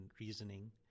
reasoning